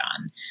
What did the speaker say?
on